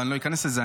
ואני לא איכנס לזה.